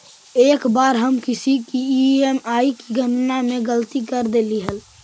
एक बार हम किसी की ई.एम.आई की गणना में गलती कर देली हल